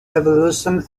evolution